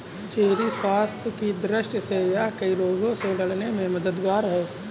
cherry स्वास्थ्य की दृष्टि से यह कई रोगों से लड़ने में मददगार है